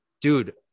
dude